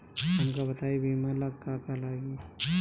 हमका बताई बीमा ला का का लागी?